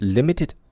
Limited